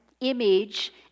image